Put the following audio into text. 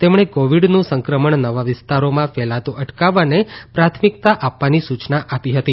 તેમણે કોવીડનું સંક્રમણ નવા વિસ્તારોમાં ફેલાતુ અટકાવવાને પ્રાથમિકતા આપવાની સુચના આપી હતી